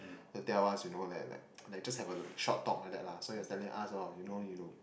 to tell us you know that that like just have a short talk like that lah so is telling us of you know you